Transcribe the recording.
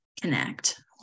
connect